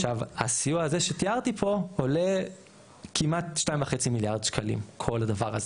עכשיו הסיוע הזה שתיארתי פה עולה כמעט 2.5 מיליארד ש"ח כל הדבר הזה.